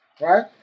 Right